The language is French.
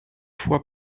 fois